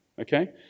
Okay